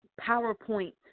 PowerPoint